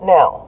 Now